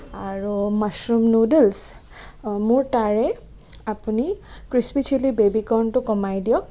আৰু mushroom noodles মোৰ তাৰে আপুনি ক্ৰীচপি চিলি বেবী ক'ৰ্ণটো কমাই দিয়ক